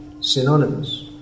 synonymous